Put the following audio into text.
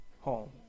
home